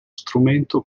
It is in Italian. strumento